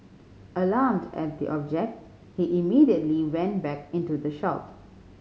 alarmed at the object he immediately went back into the shop